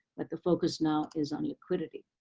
but the focus now is on liquidity.